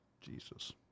Jesus